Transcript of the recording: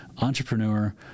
entrepreneur